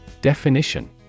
Definition